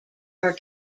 are